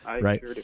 right